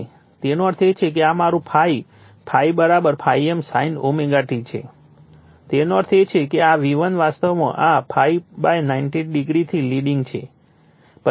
તેનો અર્થ એ કે આ મારું ∅∅ ∅m sin ωt છે તેનો અર્થ એ કે આ V1 વાસ્તવમાં આ ∅ 90o થી લિડીંગ છે પછી આ V1 E1 છે